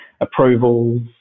approvals